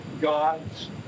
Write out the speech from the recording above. gods